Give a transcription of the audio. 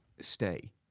stay